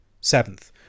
Seventh